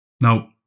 Now